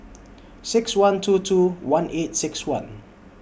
six one two two one eight six one